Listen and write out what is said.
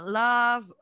love